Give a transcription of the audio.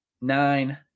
nine